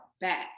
back